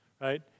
right